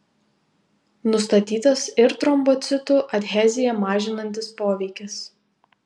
nustatytas ir trombocitų adheziją mažinantis poveikis